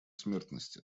смертности